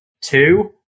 two